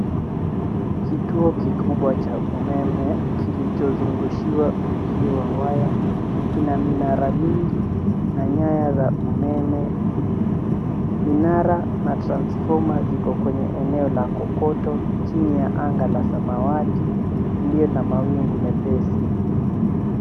Kituo kikubwa cha umeme kilichozungushiwa uzio wa waya. Kina minara mingi na nyaya za umeme. Minara na transformer ziko kwenye eneo la kokoto chini ya anga la samawati iliyo na mawingu mepesi.